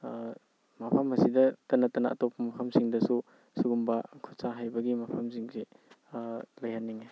ꯃꯐꯝ ꯑꯁꯤꯗ ꯇ ꯅꯠꯇꯅ ꯑꯇꯣꯞꯄ ꯃꯐꯝꯁꯤꯡꯗꯁꯨ ꯁꯤꯒꯨꯝꯕ ꯈꯨꯠꯁꯥ ꯍꯩꯕꯒꯤ ꯃꯐꯝꯁꯤꯡꯁꯤ ꯂꯩꯍꯟꯅꯤꯡꯉꯤ